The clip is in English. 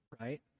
right